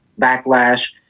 backlash